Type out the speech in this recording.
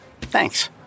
Thanks